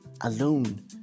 alone